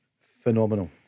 Phenomenal